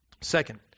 Second